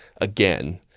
again